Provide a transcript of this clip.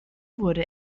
wurde